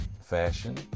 Fashion